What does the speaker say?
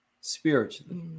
spiritually